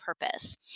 purpose